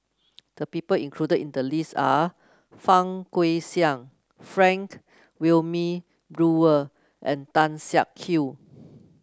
the people included in the list are Fang Guixiang Frank Wilmin Brewer and Tan Siak Kew